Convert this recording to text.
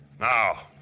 Now